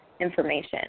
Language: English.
information